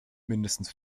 mindestens